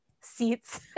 seats